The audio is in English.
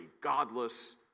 godless